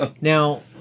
now